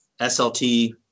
SLT